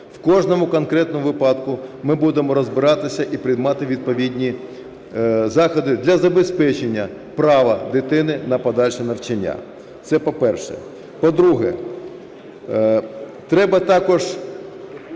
В кожному конкретному випадку ми будемо розбиратися і приймати відповідні заходи для забезпечення права дитини на подальше навчання. Це по-перше. По-друге. Треба також